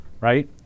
Right